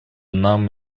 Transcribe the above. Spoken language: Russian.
нам